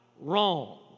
wrong